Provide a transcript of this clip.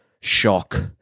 shock